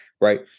right